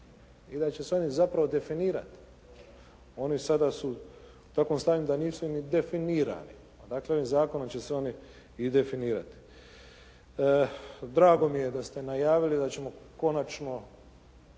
I da će se oni zapravo definirati. Oni sada su u takvom stanju da nisu ni definirani. Pa dakle ovim zakonom će se oni definirati. Drago mi je da ste najavili da ćemo konačno